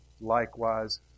likewise